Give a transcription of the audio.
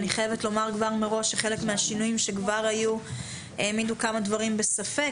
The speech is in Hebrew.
אני חייבת לומר מראש שחלק מהשינויים שכבר היו העמידו כמה דברים בספק.